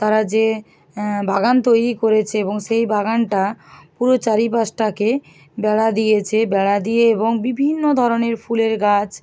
তারা যে বাগান তৈরি করেছে এবং সেই বাগানটা পুরো চারিপাশটাকে বেড়া দিয়েছে বেড়া দিয়ে এবং বিভিন্ন ধরনের ফুলের গাছ